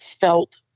felt